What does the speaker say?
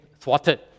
thwarted